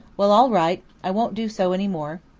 well, all right. i won't do so any more.